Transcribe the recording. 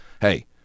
hey